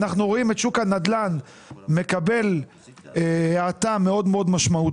ואנחנו רואים את שוק הנדל"ן מקבל האטה מאוד משמעותית,